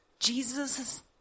Jesus